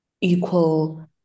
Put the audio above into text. equal